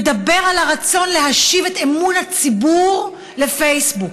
מדבר על הרצון להשיב את אמון הציבור בפייסבוק,